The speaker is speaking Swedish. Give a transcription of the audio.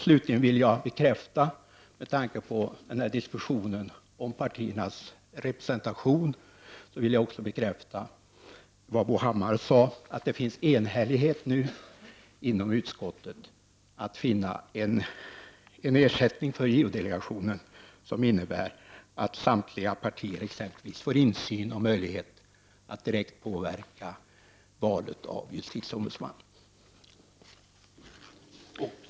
Vidare vill jag, med tanke på diskussionen om partiernas representation, bekräfta vad Bo Hammar sade, nämligen att det nu finns enhällighet inom utskottet om att finna en ersättning för JO-delegationen som innebär att samtliga partier får insyn och möjlighet att direkt påverka valet av justitieombudsman.